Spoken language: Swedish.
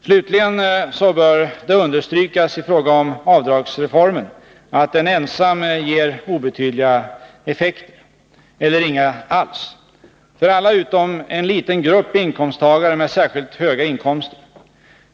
Slutligen bör det understrykas i fråga om avdragsreformen att den ensam ger obetydliga effekter, eller inga alls, för alla utom en liten grupp inkomsttagare med särskilt höga inkomster.